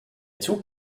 zug